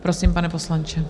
Prosím, pane poslanče.